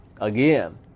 again